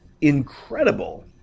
incredible